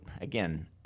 again